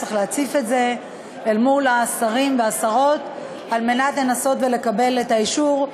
צריך להציף את זה אל מול השרים והשרות על מנת לנסות ולקבל את האישור.